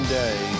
day